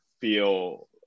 feel